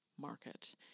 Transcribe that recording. market